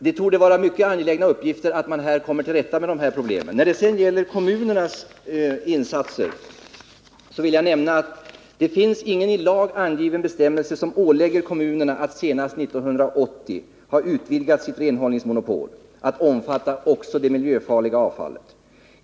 Det torde vara mycket angeläget att här komma till rätta med dessa problem. När det sedan gäller kommunernas insatser vill jag nämna att det inte finns någon i lag angiven bestämmelse som ålägger kommunerna att senast 1980 ha utvidgat sitt renhållningsmonopol till att omfatta också det miljöfarliga avfallet.